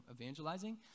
evangelizing